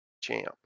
champ